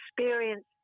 experience